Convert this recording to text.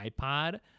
iPod